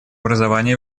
образование